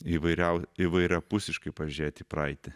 įvairiau įvairiapusiškai pažėt į praeitį